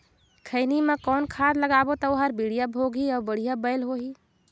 खैनी मा कौन खाद लगाबो ता ओहार बेडिया भोगही अउ बढ़िया बैल होही?